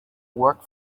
work